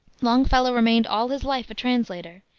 longfellow remained all his life a translator,